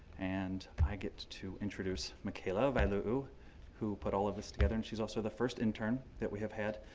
and i get to introduce micaela viluu who put all of this together. and she's also the first intern that we have had.